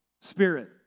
spirit